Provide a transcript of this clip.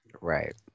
Right